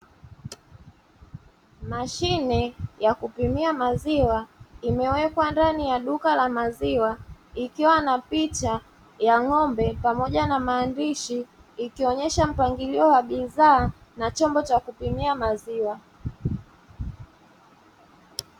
Mashine ya kupimia maziwa imewekwa ndani ya duka la maziwa, ikiwa na picha ya ng'ombe pamoja na maandishi, ikionyesha mpangilio wa bidhaa na chombo cha kupimia maziwa.